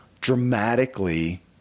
dramatically